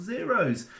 Zeros